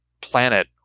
planet